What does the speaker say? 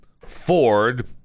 Ford